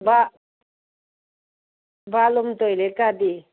ꯕꯥꯠꯂꯨꯝ ꯇꯣꯏꯂꯦꯠꯀꯗꯤ